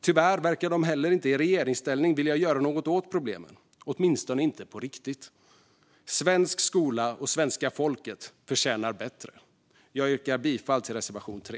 Tyvärr verkar de heller inte i regeringsställning vilja göra något åt problemen, åtminstone inte på riktigt. Svensk skola och svenska folket förtjänar bättre. Jag yrkar bifall till reservation 3.